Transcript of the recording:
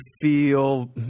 feel